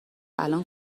الان